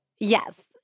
Yes